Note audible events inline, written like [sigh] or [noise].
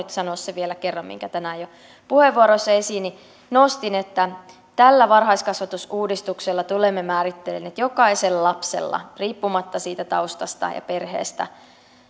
nyt sanoa sen vielä kerran minkä tänään jo [unintelligible] puheenvuorossani esiin nostin että tällä varhaiskasvatusuudistuksella tulemme määrittelemään että jokaisella lapsella riippumatta siitä taustasta ja perheestä